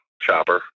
chopper